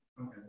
okay